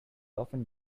often